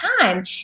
time